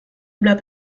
bleibt